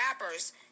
rappers